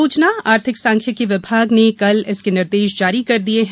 योजना आर्थिक सांख्यिकी विभाग ने कल इसके निर्देश जारी कर दिए हैं